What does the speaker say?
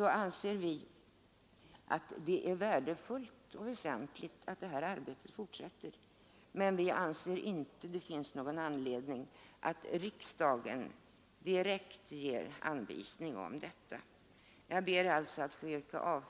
Vi anser att det är värdefullt och väsentligt att det arbetet fortsätter, men vi finner inte någon anledning för riksdagen att direkt ge anvisning om detta. Jag ber att få yrka